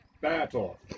battle